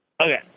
okay